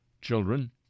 children